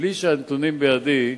בלי שהנתונים בידי,